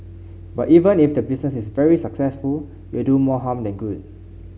but even if the business is very successful you'll do more harm than good